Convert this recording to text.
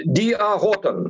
di a hoton